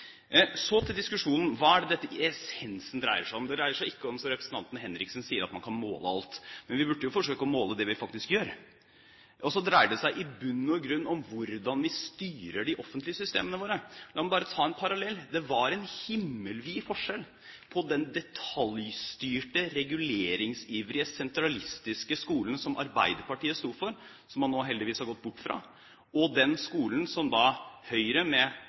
Så til diskusjonen om hva essensen i dette dreier seg om. Det dreier seg ikke om, som representanten Henriksen sier, at man kan måle alt. Men vi burde jo forsøke å måle det vi faktisk gjør. Og så dreier det seg i bunn og grunn om hvordan vi styrer de offentlige systemene våre. La meg bare ta en parallell: Det var en himmelvid forskjell på den detaljstyrte, reguleringsivrige, sentralistiske skolen som Arbeiderpartiet sto for, som man nå heldigvis har gått bort fra, og den skolen som Høyre – faktisk med